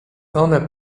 one